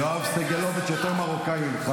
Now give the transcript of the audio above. יואב עכשיו.